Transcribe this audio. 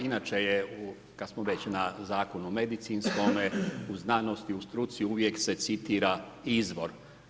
Inače je u, kad smo već na Zakonu o medicinskome, u znanosti, u struci, uvijek se citira izvor.